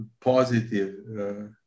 positive